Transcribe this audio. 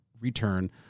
return